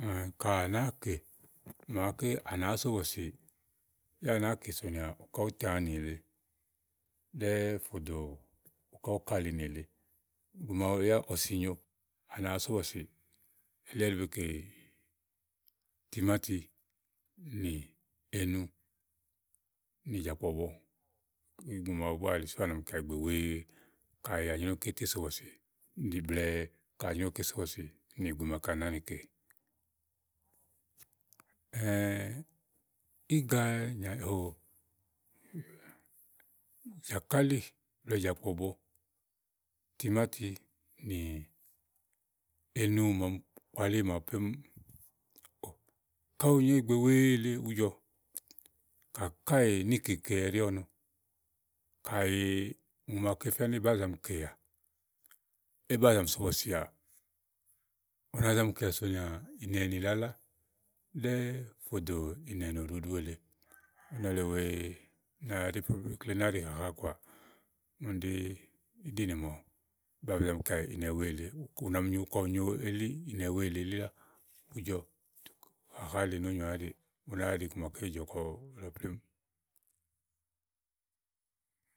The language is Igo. úni ka à nàáa kè màaké à nàáá só bɔ̀sì, yá à nàáa kè sònìà uká útããnì èle ɖɛ́ɛ fò dò uká úkàlinì èle. ìgbè màawu yá ɔ̀sì nyòo à nàáá só bɔ̀sìì elí ɛɖí bekè timáti nì enun, nì jàkpɔ̀bɔ ìgbè màaɖu èle sú à nà mi kèà ìgbè wèe kàɖi è nyréwu kétò so bɔ̀sì ni blèe kayi à nyréwu ké só bɔ̀sì nì ìgbè màaké à nàáa nì kè íga nia óhoo jàkálì blèe jàkpɔ̀bɔ, timáti nì enu màa ɔmi kpalí màawu plémú. O ká ù nyo ìgbè wèe lèe ùú jɔm kakáèè níìkeke ɛɖí ɔnɔ. Kayi ùŋò màaké fía ni éyì bàá zàa mi kèà, éyi bá zàa mi so bɔ̀sìà, a na za mi kèà sònìà ìnɛ̀ nìlalá ɖɛ́ɛ́ fò dò ìnɛ̀ nòɖuɖu èle, ɔnɔ le wèe náa ɖi fu úni ulikile ná ɖi hahá kɔàà únií ɖi iɖìnè ùŋò bàa ùnà mi kèà ìnɛ̀ wèe le ù nàmi nyo, kɔ ú nyo elí, ìnɛ wèe lèe elí lá ùú jɔ hàhá le wèe nó nyoà áɖìì ù nàáa ɖi iku maké jɔ̀ kɔ mò lɔ plémú.